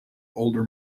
older